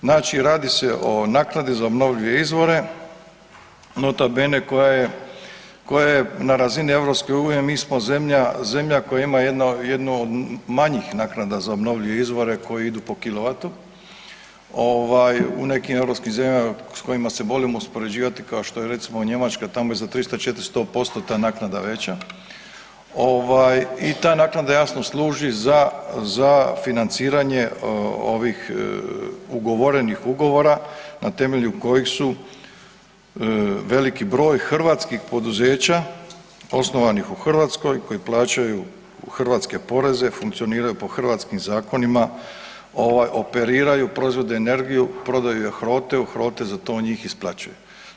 Znači radi se o naknadi za obnovljive izvore nota bene koja je na razini EU mi smo zemlja koja ima jednu od manjih naknada za obnovljive izvore koje idu po kilovatu u nekim europskim zemljama s kojima se volimo uspoređivati kao što je recimo Njemačka, tamo je za 300, 400% ta naknada veća i ta naknada jasno služi za financiranje ovih ugovorenih ugovora na temelju kojeg su veliki broj hrvatskih poduzeća osnovanih u Hrvatskoj, koji plaćaju hrvatske poreze, funkcioniraju po hrvatskim zakonima operiraju proizvode energiju, prodaju je HROTE-u, HROTE za to njih isplaćuje.